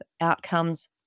Outcomes